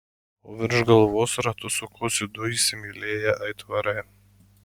o virš galvos ratu sukosi du įsimylėję aitvarai